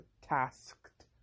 tasked